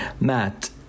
Matt